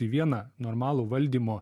į vieną normalų valdymo